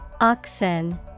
Oxen